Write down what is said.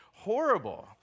Horrible